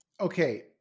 okay